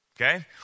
Okay